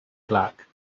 black